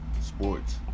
sports